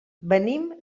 venim